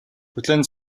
хүлээн